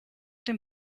dem